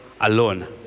alone